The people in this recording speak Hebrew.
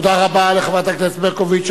תודה רבה לחברת הכנסת ברקוביץ.